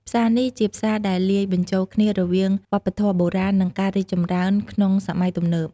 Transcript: ផ្សារនេះជាផ្សារដែលលាយបញ្ចូលគ្នារវាងវប្បធម៌បុរាណ និងការរីកចម្រើនក្នុងសម័យទំនើប។